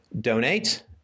donate